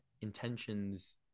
intentions